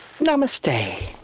Namaste